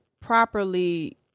properly